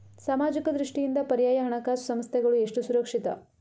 ಸಾಮಾಜಿಕ ದೃಷ್ಟಿಯಿಂದ ಪರ್ಯಾಯ ಹಣಕಾಸು ಸಂಸ್ಥೆಗಳು ಎಷ್ಟು ಸುರಕ್ಷಿತ?